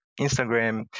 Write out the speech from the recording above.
Instagram